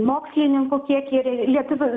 mokslininkų kiekį ir lietuvių